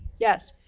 yes.